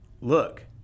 look